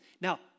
Now